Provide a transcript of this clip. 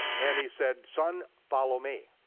and he said, son, follow me.